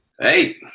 Hey